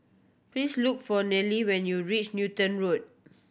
please look for Nelie when you reach Newton Road